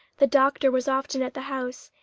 the doctor was often at the house,